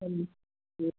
जी